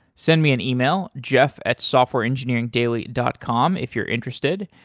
send me an email, jeff at softwareengineeringdaily dot com if you're interested.